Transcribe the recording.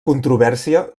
controvèrsia